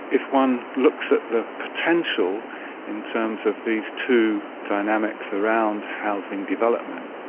if one looks at the potential in terms of these two dynamics around housing development,